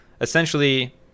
essentially